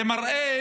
זה מראה